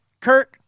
Kurt